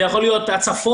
זה יכול להיות הצפות,